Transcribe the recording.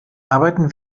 arbeiten